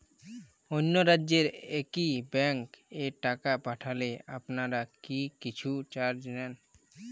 অন্য রাজ্যের একি ব্যাংক এ টাকা পাঠালে আপনারা কী কিছু চার্জ নেন?